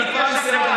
אני כבר מסיים,